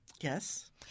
Yes